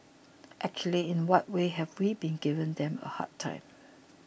actually in what way have we been giving them a hard time